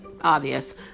obvious